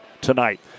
tonight